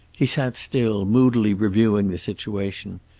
he sat still, moodily reviewing the situation.